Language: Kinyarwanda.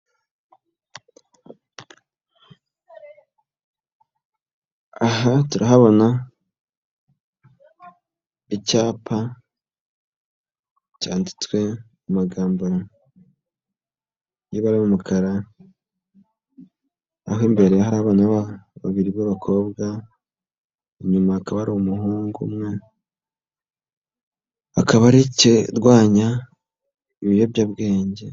Aha turahabona icyapa cyanditswe mu magambo y'ibara ry'umukara. Aho imbere hari abana babiri b'abakobwa, inyuma hakaba hari umuhungu umwe, akaba ari ikirwanya ibiyobyabwenge.